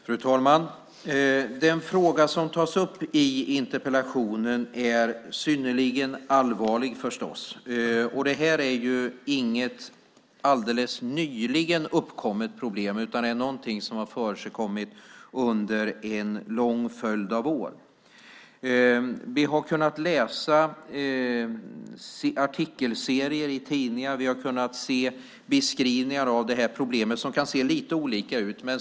Fru talman! Den fråga som tas upp i interpellationen är förstås synnerligen allvarlig. Det här är inget alldeles nyligen uppkommet problem utan något som har förekommit under en lång följd av år. Vi har kunnat läsa artikelserier i tidningar och vi har kunnat se beskrivningar av det här problemet som kan se lite olika ut.